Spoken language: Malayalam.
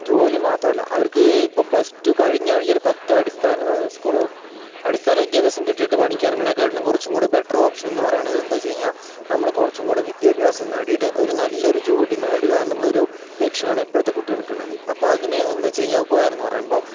ജോലി മാത്രമല്ലാ അവർക്ക് ഇപ്പോൾ പ്ലസ് റ്റു കഴിഞ്ഞ് കഴിഞ്ഞാൽ ഒരു പത്ത് അടിസ്ഥാന സ്ക്കൂൾ അടിസ്ഥാന വിദ്യാഭ്യാസം കിട്ടിയിട്ട് പണിക്കിറങ്ങണതിനേക്കാളും കുറച്ചുകൂടെ ബെറ്റർ ഓപ്ഷനെന്ന് പറയുന്നത് എന്താണെന്ന് വെച്ചുകഴിഞ്ഞാൽ നമ്മള് കുറച്ചുംകൂടെ വിദ്യാഭ്യാസം നേടിയിട്ട് ഒരു നല്ലൊരു ജോലി നേടുകയെന്നുള്ളൊരു ലക്ഷ്യമാണ് ഇപ്പോഴത്തെ കുട്ടികൾക്കുള്ളത് അപ്പോൾ അതിന് എന്താ വെച്ച് കഴിഞ്ഞാൽ ഉപകാരമെന്നു പറയുമ്പോൾ